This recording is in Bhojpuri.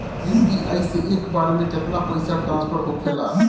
यू.पी.आई से एक बार मे केतना पैसा ट्रस्फर होखे ला?